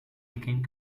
became